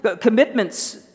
Commitments